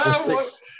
six